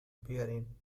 بیارین